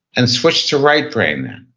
and switch to right brain then.